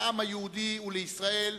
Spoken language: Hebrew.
לעם היהודי ולישראל,